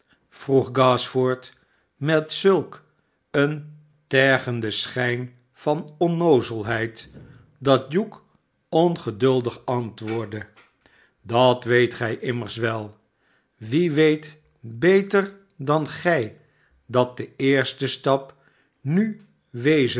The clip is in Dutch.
vroeg gashford met zulk een tergenden schijn van